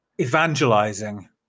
evangelizing